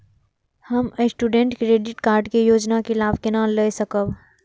हम student credit card के योजना के लाभ केना लय सकब?